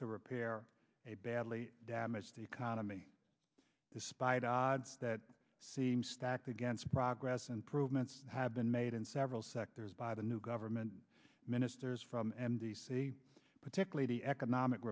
to repair a badly damaged economy despite odds that seem stacked against progress and prove ments have been made in several sectors by the new government ministers from m d c particularly economic